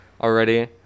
already